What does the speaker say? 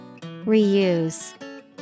Reuse